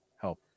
help